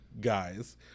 guys